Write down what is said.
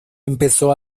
empezó